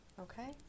Okay